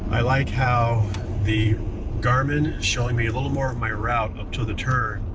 i like how the garmin showing me a little more of my route up to the turn,